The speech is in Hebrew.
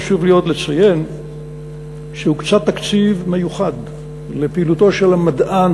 חשוב לי עוד לציין שהוקצה תקציב מיוחד לפעילותו של המדען,